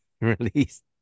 released